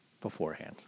beforehand